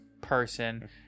person